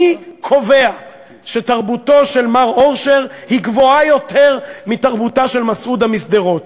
מי קובע שתרבותו של מר אורשר גבוהה יותר מתרבותה של מסעודה משדרות?